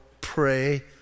pray